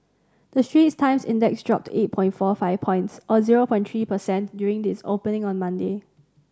the Straits Times Index dropped eight point four five points or zero point three percent during its opening on Monday